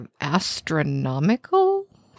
Astronomical